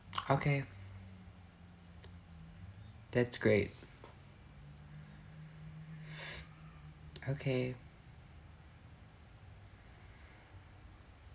okay that's great okay